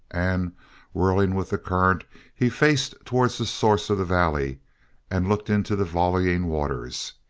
and whirling with the current he faced towards the source of the valley and looked into the volleying waters.